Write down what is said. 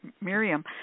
Miriam